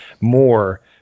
more